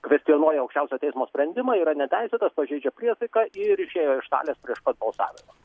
kvestionuoja aukščiausio teismo sprendimą yra neteisėtas pažeidžia priesaiką ir išėjo iš salės prieš pat balsavimą